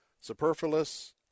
superfluous